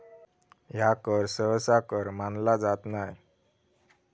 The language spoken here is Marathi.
ह्या कर सहसा कर मानला जात नाय